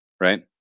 right